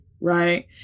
right